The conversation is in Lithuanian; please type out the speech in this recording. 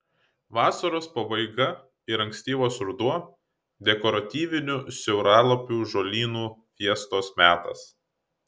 vasaros pabaiga ir ankstyvas ruduo dekoratyvinių siauralapių žolynų fiestos metas